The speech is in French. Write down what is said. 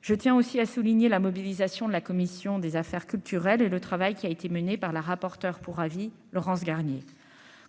je tiens aussi à souligner la mobilisation de la commission des affaires culturelles et le travail qui a été menée par la rapporteure pour avis Laurence Garnier